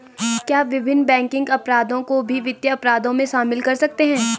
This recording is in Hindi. क्या विभिन्न बैंकिंग अपराधों को भी वित्तीय अपराधों में शामिल कर सकते हैं?